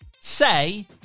say